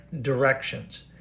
directions